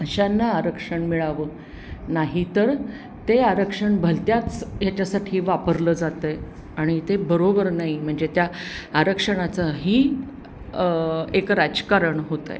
अशांना आरक्षण मिळावं नाही तर ते आरक्षण भलत्याच ह्याच्यासाठी वापरलं जात आहे आणि ते बरोबर नाही म्हणजे त्या आरक्षणाचंही एक राजकारण होत आहे